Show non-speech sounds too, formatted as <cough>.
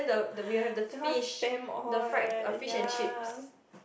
<breath> that one spam all ya